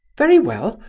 very well,